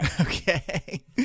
Okay